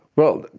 well,